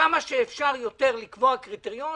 כמה שאפשר יותר לקבוע קריטריון,